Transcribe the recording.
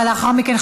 ולאחר מכן,